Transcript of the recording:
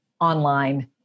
online